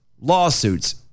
lawsuits